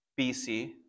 BC